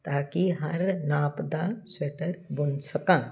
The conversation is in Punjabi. ਤਾ ਕਿ ਹਰ ਨਾਪ ਦਾ ਸਵੈਟਰ ਬੁਣ ਸਕਾਂ